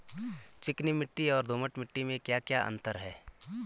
चिकनी मिट्टी और दोमट मिट्टी में क्या क्या अंतर है?